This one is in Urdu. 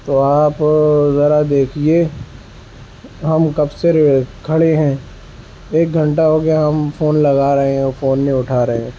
تو آپ ذرا دیکھیے ہم کب سے رے کھڑے ہیں ایک گھنٹہ ہو گیا ہم فون لگا رہے ہیں وہ فون نہیں اٹھا رہے ہیں